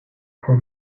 for